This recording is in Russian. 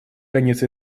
конец